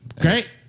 Great